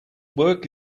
work